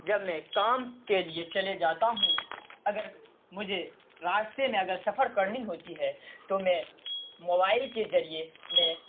جب میں کام کے لیے چلے جاتا ہوں اگر مجھے راستے میں اگر سفر کرنی ہوتی ہے تو میں موبائل کے ذریعے میں